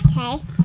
Okay